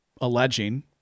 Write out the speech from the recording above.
alleging